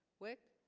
wick